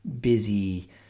busy